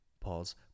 Pause